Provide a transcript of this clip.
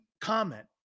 comment